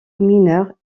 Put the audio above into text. mineure